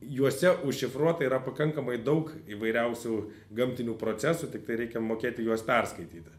juose užšifruota yra pakankamai daug įvairiausių gamtinių procesų tiktai reikia mokėti juos perskaityti